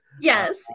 Yes